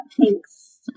thanks